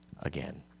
Again